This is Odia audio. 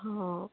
ହଁ